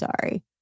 sorry